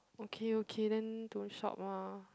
okay okay then don't shop lah